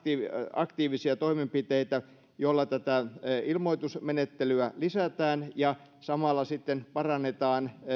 aktiivisia toimenpiteitä joilla tätä ilmoitusmenettelyä lisätään ja samalla sitten parannetaan